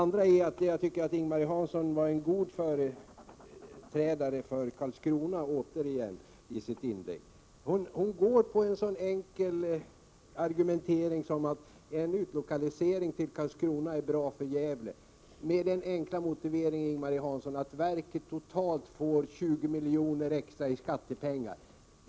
Jag tycker att Ing-Marie Hansson återigen var en god företrädare för Karlskrona. Hon använder sig av en så enkel argumentering som att säga att en utlokalisering till Karlskrona är bra för Gävle eftersom verket totalt får 20 milj.kr. extra av skatteintäkter.